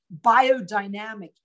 biodynamic